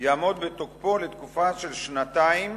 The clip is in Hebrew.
יעמוד בתוקפו לתקופה של שנתיים,